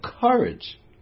courage